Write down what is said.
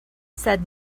said